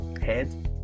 head